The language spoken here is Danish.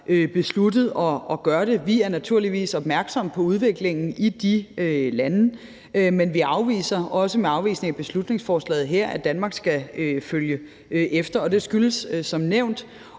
besluttet at gøre det. Vi er naturligvis opmærksomme på udviklingen i de lande, men vi afviser – også med afvisningen af beslutningsforslaget her – at Danmark skal følge efter. Det skyldes som nævnt